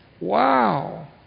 wow